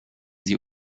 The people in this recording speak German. sie